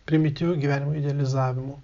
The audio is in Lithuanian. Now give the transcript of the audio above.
primityviu gyvenimo idealizavimu